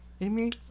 Amy